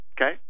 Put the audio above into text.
okay